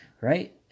right